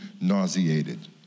nauseated